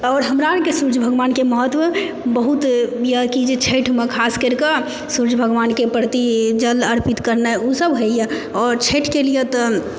आओर हमरा आरके सूर्ज भगवानके महत्व बहुत यऽ कि जे छठिमे खास करि कऽ सूर्ज भगवानके प्रति जल अर्पित करनाइ ओ सब होइ यऽ आओर छठिके लिए तऽ